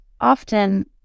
often